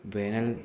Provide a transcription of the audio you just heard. വേനൽ